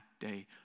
day